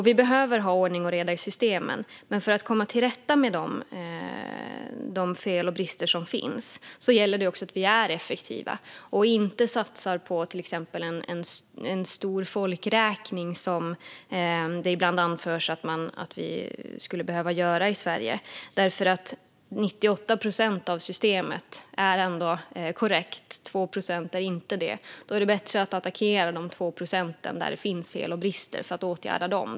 Vi behöver ha ordning och reda i systemen, men för att komma till rätta med felen och bristerna gäller det att vi är effektiva och inte satsar på till exempel en stor folkräkning, vilket man ibland förordar. Eftersom 98 procent är korrekt är det bättre att attackera de 2 procenten där det finns fel och brister och åtgärda dem.